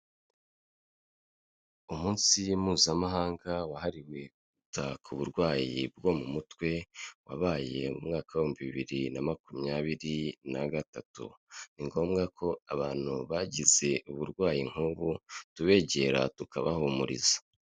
Umunsi mpuzamahanga wahariwe kwita ku burwayi bwo mu mutwe wabaye mu mwaka w'ibihumbi bibiri na makumyabiri n'agatatu ni ngombwa ko abantu bagize uburwayi nk'ubu tubegera tukabahumuriza.